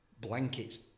blankets